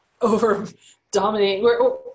over-dominating